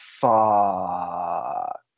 Fuck